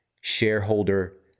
shareholder